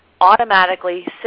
automatically